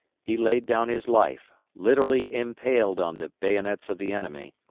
he laid down his life, literally impaled on the bayonets of the enemy,